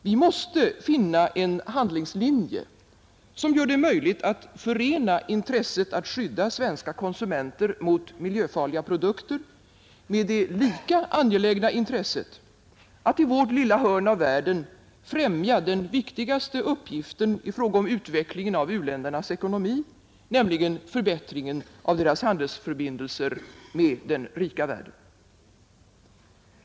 Vi måste finna en handlingslinje, som gör det möjligt att förena intresset att skydda svenska konsumenter mot miljöfarliga produkter med det lika angelägna intresset att i vårt lilla hörn av världen främja den viktigaste uppgiften i fråga om utvecklingen av u-ländernas ekonomi: förbättringen av deras handelsförbindelser med den rika världen.